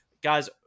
guys